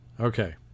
Okay